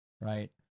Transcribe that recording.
right